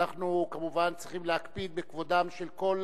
אנחנו כמובן צריכים להקפיד בכבודם של כל